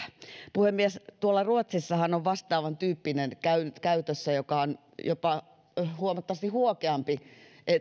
puhemies tuolla ruotsissahan on vastaavantyyppinen käytössä joka on jopa huomattavasti huokeampi